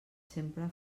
sempre